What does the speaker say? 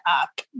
up